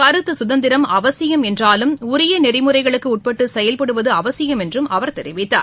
கருத்து சுதந்திரம் அவசியம் என்றாலும் உரிய நெறிமுறைகளுக்கு உட்பட்டு செயல்படுவது அவசியம் என்றும் அவர் தெரிவித்தார்